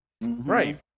Right